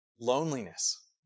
Loneliness